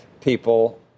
people